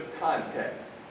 context